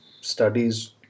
studies